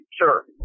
Sure